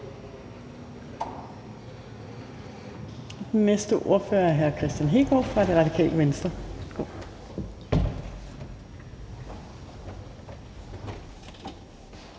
næste ordfører er hr. Kristian Hegaard fra Det Radikale Venstre.